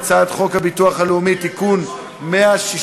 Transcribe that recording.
אני קובע שהצעת חוק הביטוח הלאומי (תיקון מס'